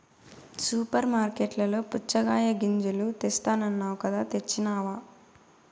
super మార్కట్లలో పుచ్చగాయ గింజలు తెస్తానన్నావ్ కదా తెచ్చినావ